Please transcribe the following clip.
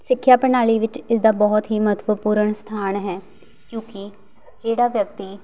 ਸਿੱਖਿਆ ਪ੍ਰਣਾਲੀ ਵਿੱਚ ਇਸਦਾ ਬਹੁਤ ਹੀ ਮਹੱਤਵਪੂਰਨ ਸਥਾਨ ਹੈ ਕਿਉਂਕਿ ਜਿਹੜਾ ਵਿਅਕਤੀ